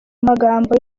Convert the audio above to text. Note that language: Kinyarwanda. magambo